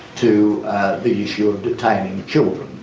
to the issue of detaining children.